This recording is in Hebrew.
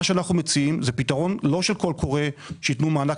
מה שאנחנו מציעים זה פתרון לא של קול קורא שיתנו מענק,